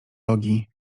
logii